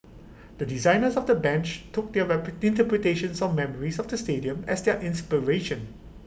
the designers of the bench took their rep interpretations or memories of the stadium as their inspiration